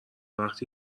وقتی